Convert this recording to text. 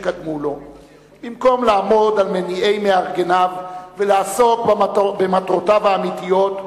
במקום לעמוד על מניעי מארגניו ולעסוק במטרותיו האמיתיות,